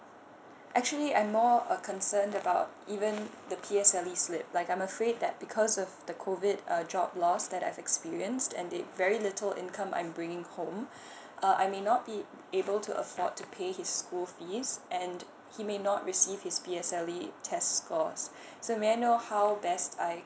actually I'm more uh concern even the P_S_L_E slip like I'm afraid that because of the COVID uh job loss that I've experienced and there's very little income I'm bringing home uh I may not be able to afford to pay his school fees and he may not receive his P_S_L_E test scores so may I know how best I